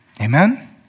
Amen